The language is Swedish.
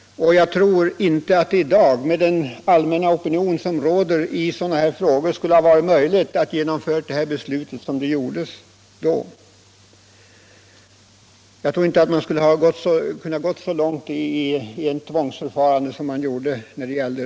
Jag tror inte att det i dag —- med den allmänna opinion som råder i sådana här frågor — skulle ha varit möjligt att genomföra det här beslutet såsom det gjordes då.